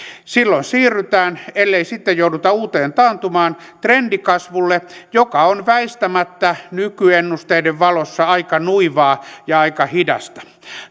silloin siirrytään ellei sitten jouduta uuteen taantumaan trendikasvulle joka on väistämättä nykyennusteiden valossa aika nuivaa ja aika hidasta